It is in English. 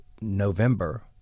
November